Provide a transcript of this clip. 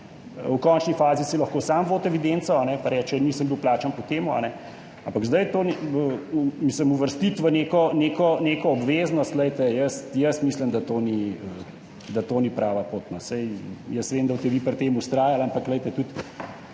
v končni fazi si lahko sam vodi evidenco in reče, nisem bil plačan po tem, ampak zdaj to uvrstiti v neko obveznost, jaz mislim, da to ni prava pot. Jaz vem, da boste vi pri tem vztrajali, ampak glejte, tudi